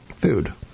food